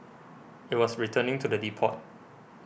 it was returning to the depot